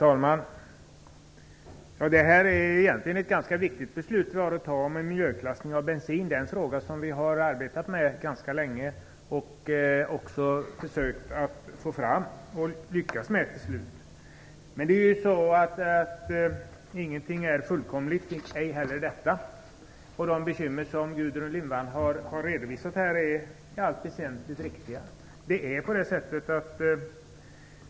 Herr talman! Det är egentligen ett ganska viktigt beslut om miljöklassning av bensin vi har att fatta. Vi har arbetat med frågan ganska länge. Vi har försökt att få fram ett bra förslag, och det har vi lyckats med till slut. Men ingenting är fullkomligt - ej heller detta. De bekymmer som Gudrun Lindvall har redovisat är i allt väsentligt riktiga.